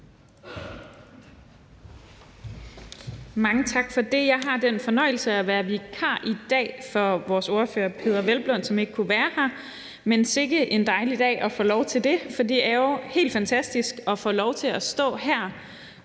Mange tak for det. Jeg har den fornøjelse at være vikar i dag for vores ordfører, Peder Hvelplund, som ikke kunne være her, men sikke en dejlig dag at få lov til det, for det er jo helt fantastisk at få lov til at stå her